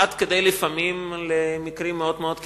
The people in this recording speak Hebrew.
עד כדי לפעמים מקרים מאוד-מאוד קיצוניים,